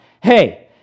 Hey